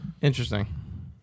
Interesting